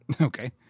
okay